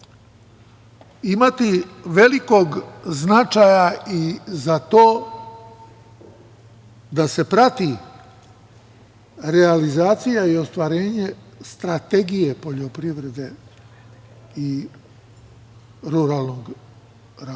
imati velikog značaja i za to da se prati realizacija i ostvarenje strategije poljoprivrede i ruralnog razvoja,